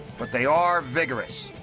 but they are vigorous,